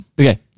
Okay